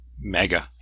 mega